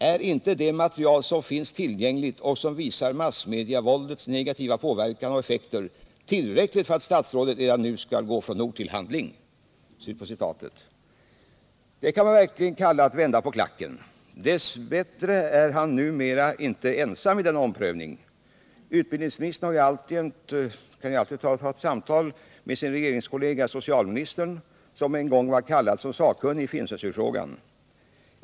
Är inte det material som finns tillgängligt och som visar massmediavåldets negativa påverkan och effekter tillräckligt för att statsrådet redan nu skall gå från ord till handling?” Detta kan man verkligen kalla att vända på klacken. Dess bättre är han numera inte ensam i denna omprövning. Utbildningsministern kan ju alltid ta ett samtal med sin regeringskollega socialministern, som en gång var kallad som sakkunnig i filmcensurfrågan.